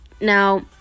now